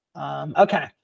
Okay